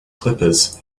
clippers